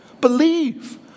Believe